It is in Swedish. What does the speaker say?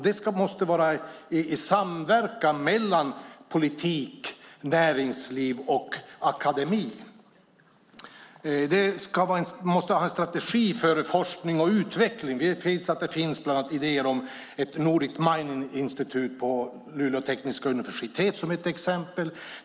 Det måste ske i samverkan mellan politik, näringsliv och akademi. Man måste ha en strategi för forskning och utveckling. Vi vet att det finns idéer om bland annat ett Nordic Mining Institute på Luleå tekniska universitet. Det är ett exempel.